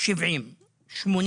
70,000